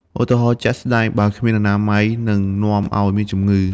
ឧទាហរណ៍ជាក់ស្ដែង៖បើគ្មានអនាម័យ នឹងនាំឱ្យមានជំងឺ។